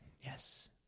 yes